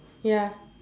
ya